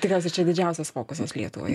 tikriausiai čia didžiausias fokusas lietuvai